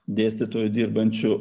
dėstytojų dirbančių